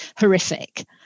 horrific